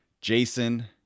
Jason